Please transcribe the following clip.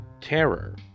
Terror